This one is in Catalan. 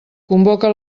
convoca